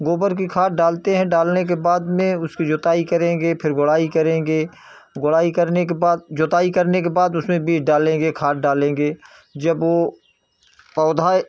गोबर की खाद डालते हैं डालने के बाद में उसकी जुताई करेंगे फ़िर गोड़ाई करेंगे गोड़ाई करने के बाद जुताई करने के बाद उसमें बीज डालेंगे खाद डालेंगे जब वह पौधा